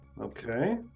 Okay